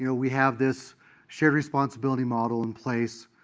you know we have this shared-responsibility model in place.